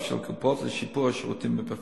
של הקופות לשיפור השירותים בפריפריה,